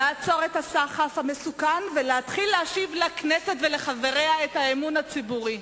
לעצור את הסחף המסוכן ולהתחיל להשיב לכנסת ולחבריה את האמון הציבורי.